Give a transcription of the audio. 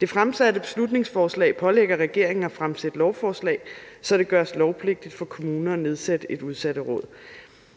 Det fremsatte beslutningsforslag pålægger regeringen at fremsætte lovforslag, så det gøres lovpligtigt for kommuner at nedsætte et udsatteråd.